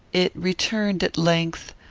it returned at length,